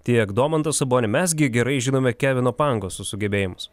tiek domantą sabonį mes gi gerai žinome kevino pangoso sugebėjimus